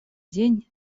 день